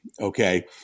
okay